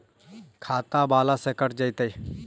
खाता बाला से कट जयतैय?